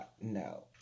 no